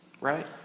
right